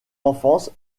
enfance